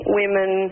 women